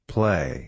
Play